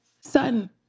son